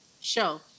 Show